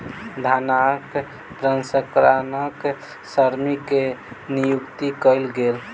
धानक प्रसंस्करणक श्रमिक के नियुक्ति कयल गेल